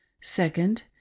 Second